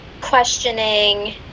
questioning